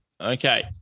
Okay